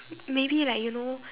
maybe like you know